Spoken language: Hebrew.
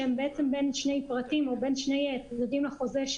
שהם בעצם בין שני פרטים או בין שני צדדים לחוזה,